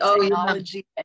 technology